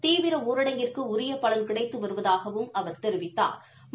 தீவிர ஊரடங்கிற்கு உரிய பலன் கிடைத்து வருவதாகவும் அவா் தெரிவித்தாா்